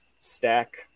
stack